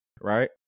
right